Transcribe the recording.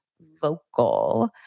vocal